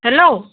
hello